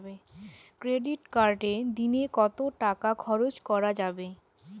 Credit কার্ডে দিনে কত টাকা খরচ করা যাবে?